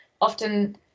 often